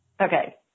Okay